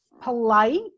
polite